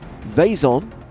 Vaison